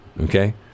Okay